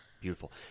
beautiful